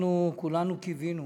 אנחנו כולנו קיווינו